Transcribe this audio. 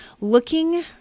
Looking